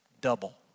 double